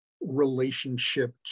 relationship